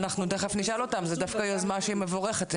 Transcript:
זו דווקא יוזמה מבורכת.